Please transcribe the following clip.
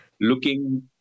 looking